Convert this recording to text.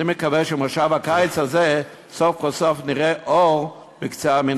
אני מקווה שבמושב הקיץ הזה סוף כל סוף נראה אור בקצרה המנהרה.